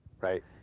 right